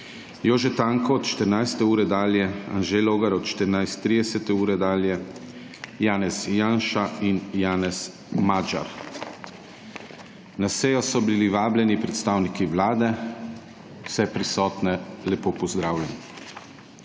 Jože Tanko od 14. ure dalje, Anže Logar od 14.30 dalje, Janez Janša in Janez Magyar. Na sejo so bili vabljeni predstavniki Vlade. Vse prisotne lepo pozdravljam!